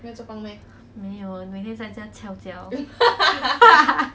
没有每天在家翘脚